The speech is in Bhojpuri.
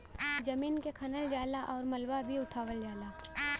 जमीन के खनल जाला आउर मलबा भी उठावल जाला